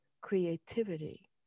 creativity